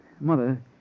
Mother